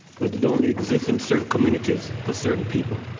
but it only exist in certain communities for certain people.